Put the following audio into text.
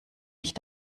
mich